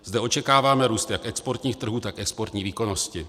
Zde očekáváme růst jak exportních trhů, tak exportní výkonnosti.